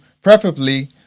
preferably